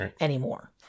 anymore